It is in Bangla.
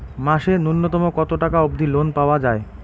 মাসে নূন্যতম কতো টাকা অব্দি লোন পাওয়া যায়?